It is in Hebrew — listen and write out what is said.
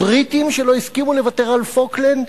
הבריטים שלא הסכימו לוותר על פוקלנד?